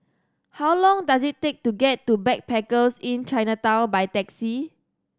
how long does it take to get to Backpackers Inn Chinatown by taxi